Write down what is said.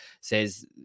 says